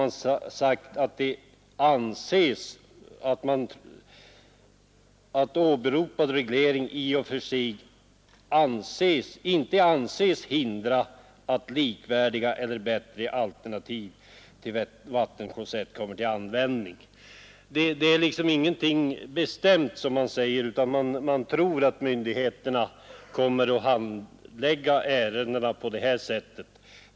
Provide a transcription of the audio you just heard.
I stället har man sagt att åberopad reglering i och för sig inte kan anses hindra att likvärdiga eller bättre alternativ till vattenklosett kommer till användning. Det man säger är ingenting bestämt, utan man tror att myndigheterna kommer att handlägga ärendena på det här sättet.